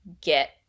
get